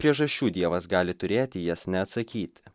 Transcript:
priežasčių dievas gali turėti jas neatsakyt